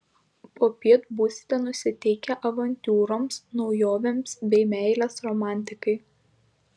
popiet būsite nusiteikę avantiūroms naujovėms bei meilės romantikai